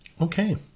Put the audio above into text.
Okay